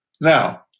Now